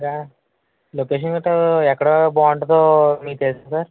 location గట్టా ఎక్కడ బాగుంటుందో మీకు తెలుసా సార్